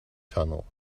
tunnel